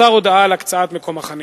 מסר הודעה על הקצאת מקום החנייה.